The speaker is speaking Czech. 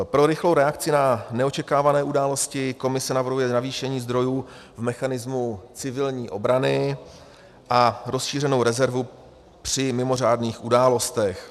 Pro rychlou reakci na neočekávané události Komise navrhuje navýšení zdrojů v mechanismu civilní obrany a rozšířenou rezervu při mimořádných událostech.